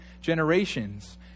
generations